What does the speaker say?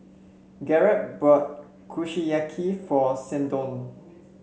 Garret bought Kushiyaki for Seldon